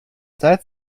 seit